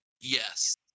yes